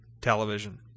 television